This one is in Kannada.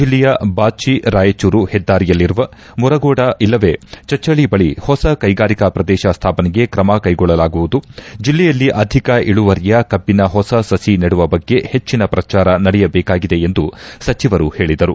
ಜಿಲ್ಲೆಯ ಬಾಚಿ ರಾಯಚೂರು ಹೆದ್ದಾರಿಯಲ್ಲಿರುವ ಮುರಗೋಡ ಇಲ್ಲವೆ ಚಚಡಿ ಬಳಿ ಹೊಸ ಕೈಗಾರಿಕಾ ಪ್ರದೇಶ ಸ್ಥಾಪನೆಗೆ ಕ್ರಮ ಕೈಗೊಳ್ಳಲಾಗುವುದು ಜಿಲ್ಲೆಯಲ್ಲಿ ಅಧಿಕ ಇಳುವರಿಯ ಕಬ್ಬನ ಹೊಸ ಸಸಿ ನೆಡುವ ಬಗ್ಗೆ ಹೆಚ್ಚನ ಪ್ರಚಾರ ನಡೆಯಬೇಕಾಗಿದೆ ಎಂದು ಸಚಿವರು ಹೇಳಿದರು